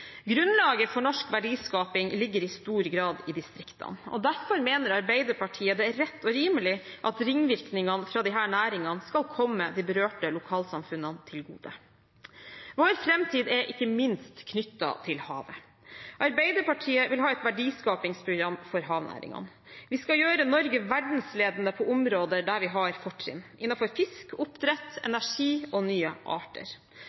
Grunnlaget for norsk verdiskaping ligger i stor grad i distriktene. Derfor mener Arbeiderpartiet det er rett og rimelig at ringvirkningene av disse næringene skal komme de berørte lokalsamfunnene til gode. Vår framtid er ikke minst knyttet til havet. Arbeiderpartiet vil ha et verdiskapingsprogram for havnæringene. Vi skal gjøre Norge verdensledende på områder der vi har fortrinn – innenfor fisk, oppdrett, energi og nye arter.